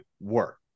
work